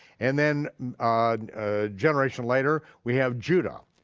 and then a generation later we have judah.